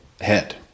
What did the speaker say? head